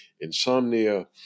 insomnia